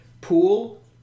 pool